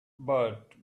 but